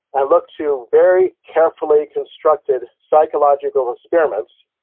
i look to very carefully constructed psychological experiments,